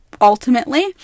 ultimately